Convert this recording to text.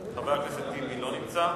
חבר הכנסת אחמד טיבי, לא נמצא.